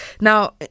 now